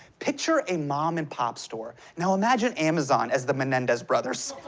picture a mom-and-pop store. now imagine amazon as the menendez brothers.